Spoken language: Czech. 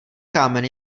kámen